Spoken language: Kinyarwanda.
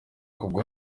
kugwa